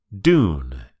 Dune